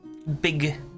Big